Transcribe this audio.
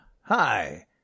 hi